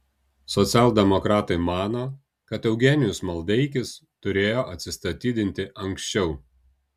socialdemokratai mano kad eugenijus maldeikis turėjo atsistatydinti anksčiau